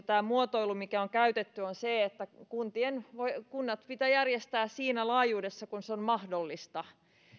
tämä muotoilu mitä on käytetty on se että kuntien pitää järjestää ne siinä laajuudessa kuin se on mahdollista